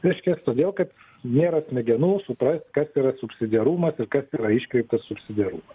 reiškias todėl kad nėra smegenų suprast kas yra subsidiarumas ir kas yra iškreiptas subsidiarumas